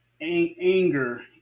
anger